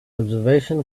observation